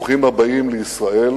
ברוכים הבאים לישראל